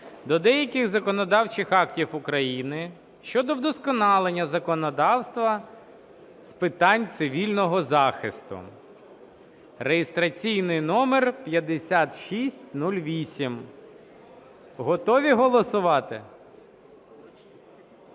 до деяких законодавчих актів України щодо вдосконалення законодавства з питань цивільного захисту (реєстраційний номер 5608). Готові голосувати?